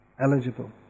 eligible